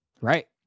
Right